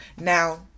Now